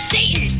Satan